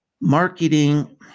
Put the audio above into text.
marketing